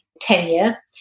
tenure